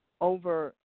over